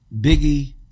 Biggie